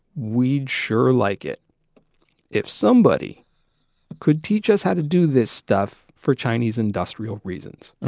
we'd sure like it if somebody could teach us how to do this stuff for chinese industrial reasons.